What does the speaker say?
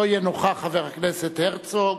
לא יהיה נוכח, חבר הכנסת הרצוג,